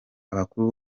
abakuru